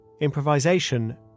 Improvisation